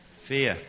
fear